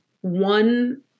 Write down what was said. one